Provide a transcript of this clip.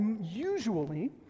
usually